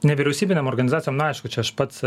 nevyriausybinėm organizacijom na aišku čia aš pats